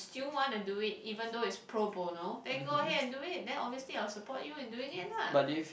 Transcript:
do you want to do it even though is pro bona then go ahead and do it then obviously I will support you in doing it lah